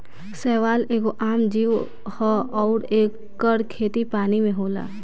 शैवाल एगो आम जीव ह अउर एकर खेती पानी में होला